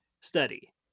Study